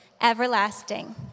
everlasting